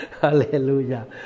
Hallelujah